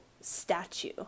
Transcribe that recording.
statue